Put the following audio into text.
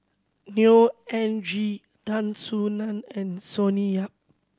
Neo Anngee Tan Soo Nan and Sonny Yap